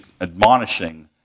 admonishing